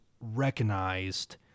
recognized